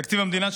תקציב המדינה,